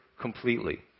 completely